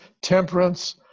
temperance